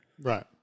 Right